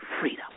freedom